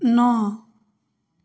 नओ